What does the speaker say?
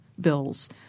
bills –